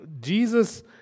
Jesus